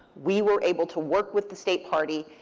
we were able to work with the state party.